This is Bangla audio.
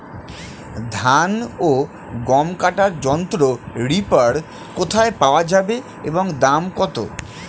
ধান ও গম কাটার যন্ত্র রিপার কোথায় পাওয়া যাবে এবং দাম কত?